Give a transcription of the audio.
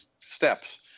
steps